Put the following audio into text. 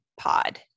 pod